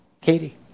Katie